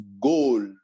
goal